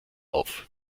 auf